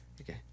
Okay